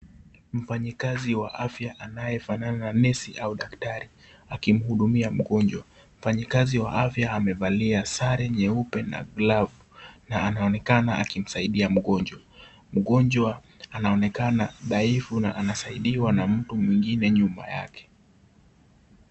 Mfanyikazi wa afya anayefanana na nesi au daktari akimhudumia mgonjwa. Mfanyikazi wa afya amevalia sare nyeupe na glavu na anaonekana akimsaidia mgonjwa. Mgonjwa anaonekana dhaifu na anasaidiwa na mtu mwingine nyuma yake.